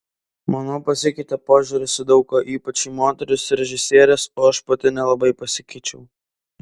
manau pasikeitė požiūris į daug ką ypač į moteris režisieres o aš pati nelabai pasikeičiau